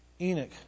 Enoch